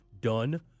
done